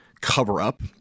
cover-up